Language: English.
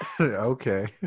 Okay